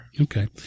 Okay